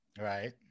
Right